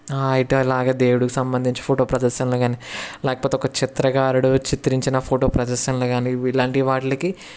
అయితే అలాగే దేవుడు సంబంధించి ఫోటో ప్రదర్శనలు కానీ లేకపోతే ఒక చిత్రకారుడు చిత్రించిన ఫోటో ప్రదర్శనలు కానీ ఇలాంటి వాటిలకి